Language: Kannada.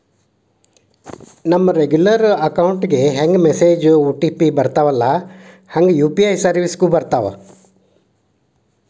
ನಮ ರೆಗ್ಯುಲರ್ ಅಕೌಂಟ್ ಗೆ ಹೆಂಗ ಮೆಸೇಜ್ ಒ.ಟಿ.ಪಿ ಬರ್ತ್ತವಲ್ಲ ಹಂಗ ಯು.ಪಿ.ಐ ಸೆರ್ವಿಸ್ಗು ಬರ್ತಾವ